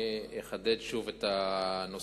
אני אחדד שוב את הנושאים,